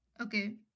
Okay